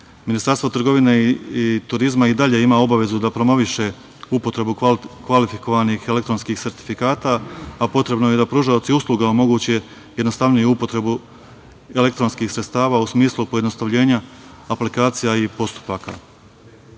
akredituju. Ministarstvo trgovine i turizma i dalje ima obavezu da promoviše upotrebu kvalifikovanih elektronskih sertifikata, a potrebno je da pružaoci usluga omoguće jednostavniju upotrebu elektronskih sredstava u smislu pojednostavljenja aplikacija i postupaka. Kada